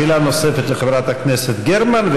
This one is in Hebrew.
שאלה נוספת לחברת הכנסת גרמן,